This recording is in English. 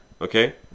Okay